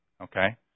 Okay